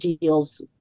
deals